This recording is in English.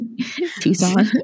Tucson